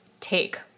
take